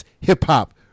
hip-hop